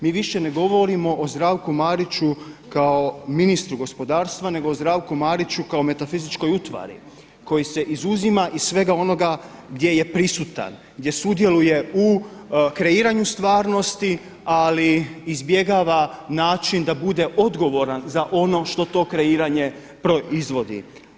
Mi više ne govorimo o Zdravku Mariću kao ministru gospodarstva, nego o Zdravku Mariću kao metafizičkoj utvari koji se izuzima iz svega onoga gdje je prisutan, gdje sudjeluje u kreiranju stvarnosti, ali izbjegava način da bude odgovoran za ono što to kreiranje proizvodi.